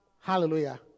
Hallelujah